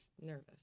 nervous